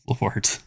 Lord